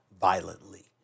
violently